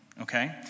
okay